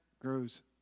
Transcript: grows